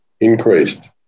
increased